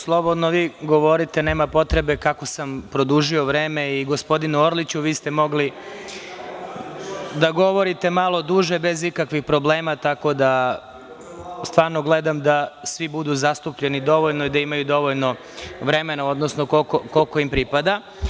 Slobodno vi govorite, nema potreba kako sam produžio vreme i gospodinu Orliću, vi ste mogli da govorite malo duže bez ikakvih problema, tako da stvarno gledam da svi budu zastupljeni dovoljno i da imaju dovoljno vremena, odnosno koliko im pripada.